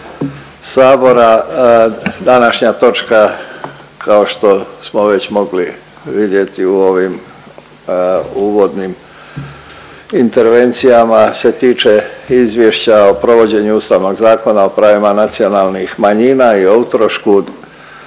HS. Današnja točka kao što smo već mogli vidjeti u ovim uvodnim intervencijama se tiče Izvješća o provođenju Ustavnog zakona o pravima nacionalnih manjina i o utrošku